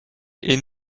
est